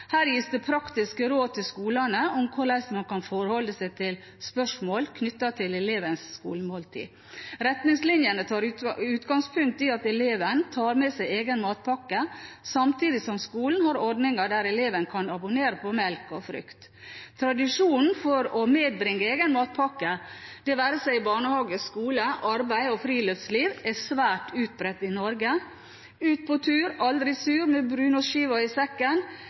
Her gis det praktiske råd til skolene om hvordan man kan forholde seg til spørsmål knyttet til elevens skolemåltid. Retningslinjene tar utgangspunkt i at eleven tar med seg egen matpakke, samtidig som skolen har ordninger der elevene kan abonnere på melk og frukt. Tradisjonen med å medbringe egen matpakke, det være seg i barnehage, skole, arbeid og friluftsliv, er svært utbredt i Norge. Ut på tur, aldri sur – med brunostskiva i sekken – er god norsk kultur. I